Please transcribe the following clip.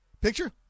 picture